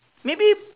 maybe